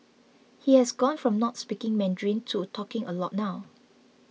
he has gone from not speaking Mandarin to talking a lot now